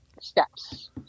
steps